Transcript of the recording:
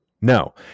no